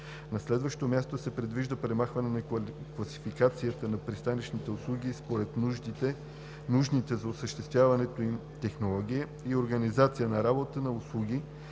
На следващо място се предвижда премахване на класификацията на пристанищните услуги според нужните за осъществяването им технология и организация на работа на услуги,